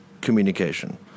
communication